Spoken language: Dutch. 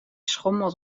schommelt